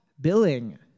billing